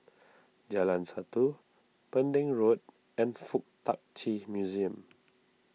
Jalan Satu Pending Road and Fuk Tak Chi Museum